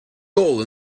goal